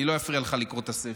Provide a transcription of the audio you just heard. אני לא אפריע לך לקרוא את הספר.